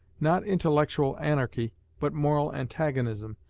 not intellectual anarchy but moral antagonism,